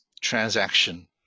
transaction